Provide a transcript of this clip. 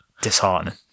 disheartening